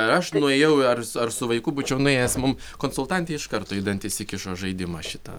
ar aš nuėjau ar ar su vaiku būčiau nuėjęs mum konsultantė iš karto į dantis įkišo žaidimą šitą